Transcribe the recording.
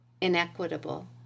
inequitable